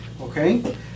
okay